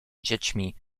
dziećmi